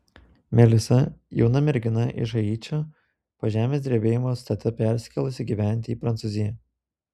melisa jauna mergina iš haičio po žemės drebėjimo su teta persikėlusi gyventi į prancūziją